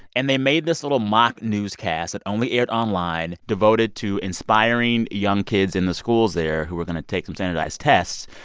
and they made this little mock newscast that only aired online, devoted to inspiring young kids in the schools there who were going to take some standardized tests.